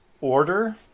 order